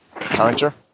character